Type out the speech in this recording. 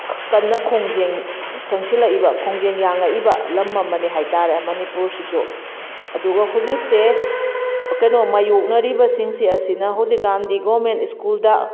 ꯀꯟꯅ ꯈꯣꯡꯖꯦꯟ ꯆꯪꯁꯤꯜꯂꯛꯏꯕ ꯈꯣꯡꯖꯦꯜ ꯌꯥꯡꯉꯛꯏꯕ ꯂꯝ ꯑꯃꯅꯦ ꯍꯥꯏꯇꯥꯔꯦ ꯃꯅꯤꯄꯨꯔꯁꯤꯁꯨ ꯑꯗꯨꯒ ꯍꯧꯖꯤꯛꯁꯦ ꯀꯩꯅꯣ ꯃꯥꯏꯌꯣꯛꯅꯔꯤꯕꯁꯤꯡꯁꯦ ꯑꯁꯤꯅ ꯍꯧꯖꯤꯛ ꯀꯥꯟꯗꯤ ꯒꯚꯔꯟꯃꯦꯟꯠ ꯁ꯭ꯀꯨꯜꯗ